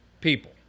people